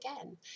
again